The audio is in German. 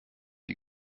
die